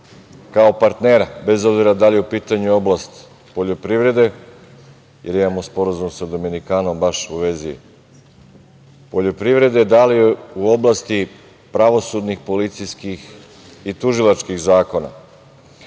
kao partnera, bez obzira da li je u pitanju oblast poljoprivrede, jer imamo sporazum sa Dominikanom baš u vezi poljoprivrede, da li u oblasti pravosudnih, policijskih i tužilačkih zakona. Ja